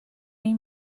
این